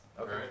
Okay